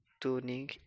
tuning